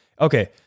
okay